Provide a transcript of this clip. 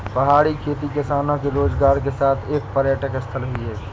पहाड़ी खेती किसानों के रोजगार के साथ एक पर्यटक स्थल भी है